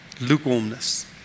Lukewarmness